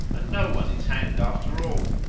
and no one is hanged after all!